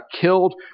killed